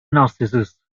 narcissus